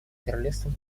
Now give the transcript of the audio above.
королевством